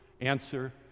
Answer